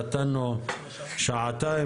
נתנו שעתיים.